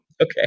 Okay